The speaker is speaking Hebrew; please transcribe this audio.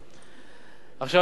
עכשיו לשאלת היושב-ראש,